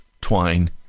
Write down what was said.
twine